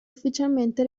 ufficialmente